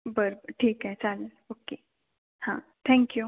बर ठीक आहे चालंल ओक्के हां थँक्यू